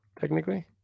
technically